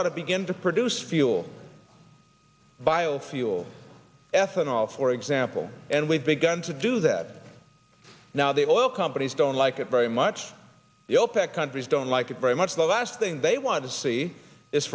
ought to begin to produce fuel biofuel ethanol for example and we've begun to do that now the oil companies don't like it very much the opec countries don't like it very much the last thing they want to see is